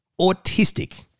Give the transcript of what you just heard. autistic